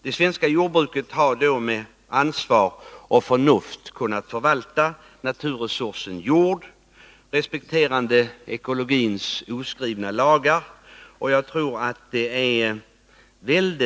Det svenska jordbruket har med ansvar och förnuft, respekterande ekologins oskrivna lagar, kunnat förvalta naturresursen jord.